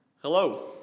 Hello